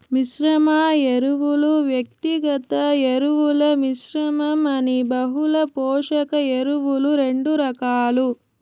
మిశ్రమ ఎరువులు, వ్యక్తిగత ఎరువుల మిశ్రమం అని బహుళ పోషక ఎరువులు రెండు రకాలు